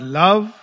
love